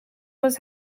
was